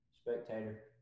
spectator